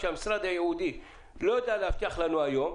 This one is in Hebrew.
כאשר המשרד הייעודי לא יודע להבטיח לנו היום,